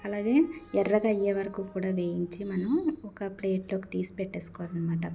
అలాగే ఎర్రగా అయ్యేవరకు కూడా వేయించి మనం ఒక ప్లేటులోకి తీసుకొని పెట్టేసుకోవాలనమాట